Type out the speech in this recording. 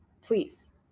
Please